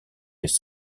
les